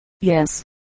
Yes